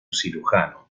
cirujano